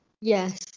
yes